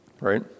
Right